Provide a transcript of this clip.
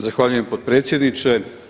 Zahvaljujem potpredsjedniče.